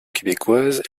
québécoise